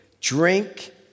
Drink